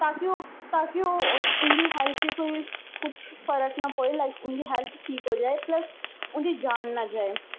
ताकि ओह् ताकि ओह् उं'दी हैल्थ गी कोई कुछ फर्क ना पौए लाइक उं'दी हैल्थ ठीक हो जाए प्लस उं'दी जान ना जाए